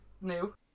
new